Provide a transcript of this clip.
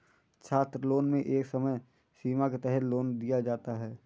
छात्रलोन में एक समय सीमा के तहत लोन को दिया जाता है